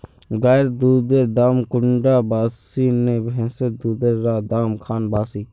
गायेर दुधेर दाम कुंडा बासी ने भैंसेर दुधेर र दाम खान बासी?